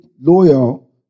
loyal